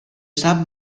sap